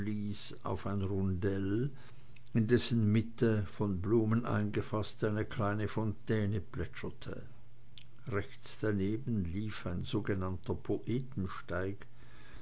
auf ein rundell in dessen mitte von blumen eingefaßt eine kleine fontäne plätscherte rechts daneben lief ein sogenannter